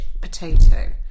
potato